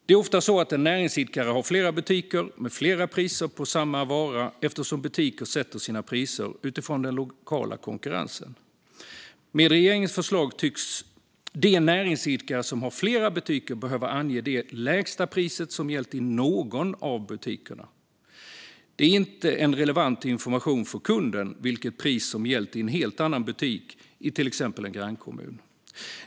Det är ofta så att en näringsidkare har flera butiker med olika priser på samma vara, eftersom butiker sätter sina priser utifrån den lokala konkurrensen. Med regeringens förslag tycks de näringsidkare som har flera butiker behöva ange det lägsta priset som gällt i någon av butikerna. Det är inte en relevant information för kunden vilket pris som gällt i en helt annan butik i en grannkommun.